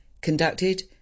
conducted